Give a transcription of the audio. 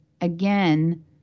again